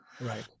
Right